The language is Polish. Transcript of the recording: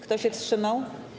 Kto się wstrzymał?